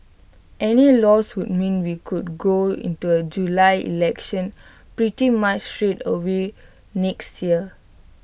any loss would mean we could go into A July election pretty much straight away next year